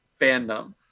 fandom